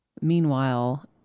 Meanwhile